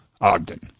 Ogden